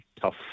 tough